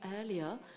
earlier